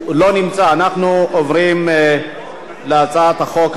אנחנו עוברים להצעת החוק הבאה,